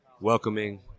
welcoming